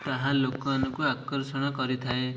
ତାହା ଲୋକମାନଙ୍କୁ ଆକର୍ଷଣ କରିଥାଏ